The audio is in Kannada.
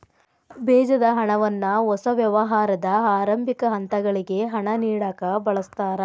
ಬೇಜದ ಹಣವನ್ನ ಹೊಸ ವ್ಯವಹಾರದ ಆರಂಭಿಕ ಹಂತಗಳಿಗೆ ಹಣ ನೇಡಕ ಬಳಸ್ತಾರ